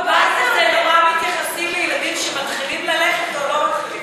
בבית הזה נורא מתייחסים לילדים שמתחילים ללכת או לא מתחילים ללכת.